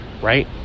Right